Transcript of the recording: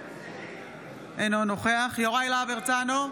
אינו נוכח יוראי להב הרצנו,